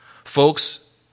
Folks